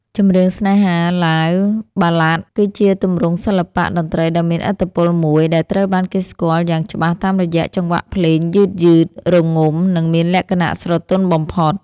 ចម្រៀងស្នេហា (ឡាវ បាឡាដ) គឺជាទម្រង់សិល្បៈតន្ត្រីដ៏មានឥទ្ធិពលមួយ ដែលត្រូវបានគេស្គាល់យ៉ាងច្បាស់តាមរយៈចង្វាក់ភ្លេងយឺតៗ រងំ និងមានលក្ខណៈស្រទន់បំផុត។